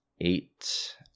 eight